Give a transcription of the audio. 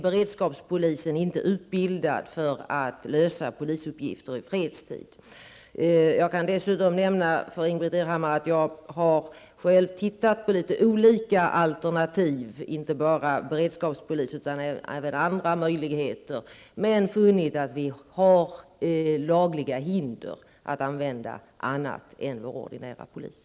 Beredskapspolisen är i dag inte utbildad för att lösa polisuppgifter i fredstid. Jag kan dessutom nämna för Ingbritt Irhammar att jag själv har tittat på litet olika alternativ, inte bara beredskapspolis utan även andra möjligheter, men funnit att vi har lagliga hinder att använda något annat än vår ordinarie polis.